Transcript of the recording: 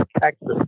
Texas